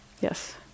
Yes